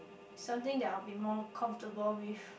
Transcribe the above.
something that I will be more comfortable with